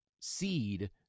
seed